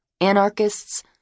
anarchists